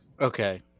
Okay